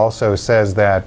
also says that